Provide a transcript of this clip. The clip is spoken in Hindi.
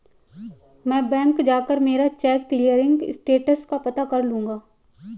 मैं बैंक जाकर मेरा चेक क्लियरिंग स्टेटस का पता कर लूँगा